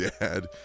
dad